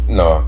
no